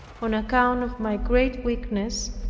on account of my great weakness,